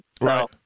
Right